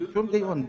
שום דיון.